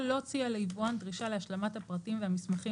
או לא הוציאה ליבואן דרישה להשלמת הפרטים והמסמכים